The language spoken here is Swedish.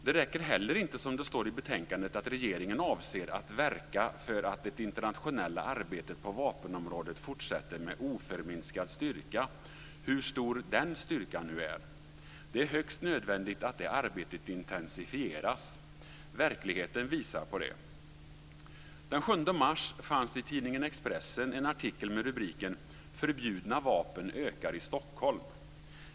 Det räcker heller inte, som det står i betänkandet, att regeringen avser att verka för att det internationella arbetet på vapenområdet fortsätter med oförminskad styrka - hur stor den styrkan nu är. Det är högst nödvändigt att det arbetet intensifieras. Verkligheten visar på det. Den 7 mars fanns i tidningen Expressen en artikel med rubriken "Förbjudna vapen ökar i Stockholm".